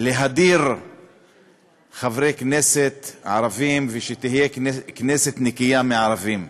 להדיר חברי כנסת ערבים ושתהיה כנסת נקייה מערבים,